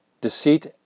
deceit